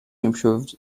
improved